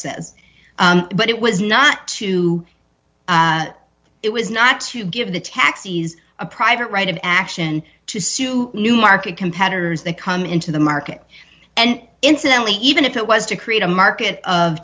says but it was not to it was not to give the taxis a private right of action to sue newmarket competitors they come into the market and incidentally even if it was to create a market of